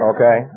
Okay